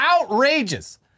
Outrageous